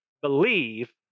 believe